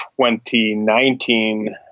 2019